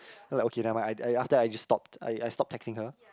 then like okay never mind I after that I just stopped I stopped texting her